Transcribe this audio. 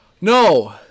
no